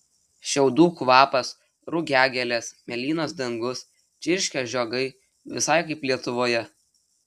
šiaudų kvapas rugiagėlės mėlynas dangus čirškia žiogai visai kaip lietuvoje